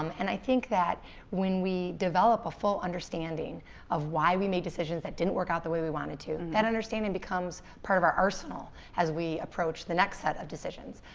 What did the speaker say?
um and i think that when we develop a full understanding of why we made decisions that didn't work out the way we wanted to, that understanding becomes part of our arsenal as we approach the next set of decisions.